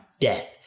death